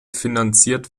finanziert